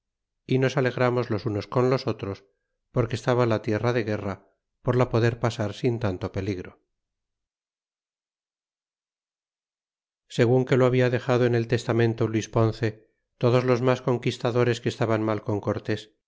y nos alegramos log unos con los otros porque estaba la tierra de guerra por la poder pasar sin tanto peligro segun que lo habla dexado en el testamento luis ponce todos los mas conquistadores que estaban mal con cortés